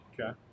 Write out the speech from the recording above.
Okay